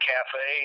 Cafe